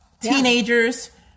Teenagers